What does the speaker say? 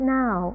now